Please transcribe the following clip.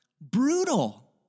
brutal